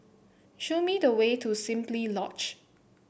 show me the way to Simply Lodge